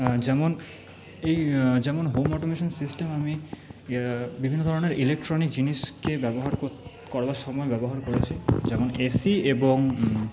যেমন এই যেমন হোম অটোমেশান সিস্টেম আমি বিভিন্ন ধরনের ইলেকট্রনিক জিনিসকে ব্যবহার করবার সময় ব্যবহার করেছি যেমন এসি এবং